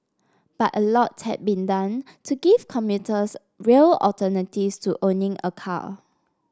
but a lot had been done to give commuters real alternatives to owning a car